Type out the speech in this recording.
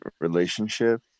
relationship